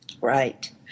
Right